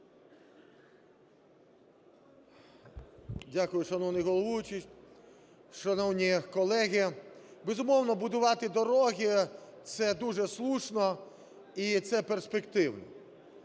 Дякую. Шановний головуючий, шановні колеги! Безумовно, будувати дороги – це дуже слушно і це перспективно.